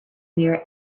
near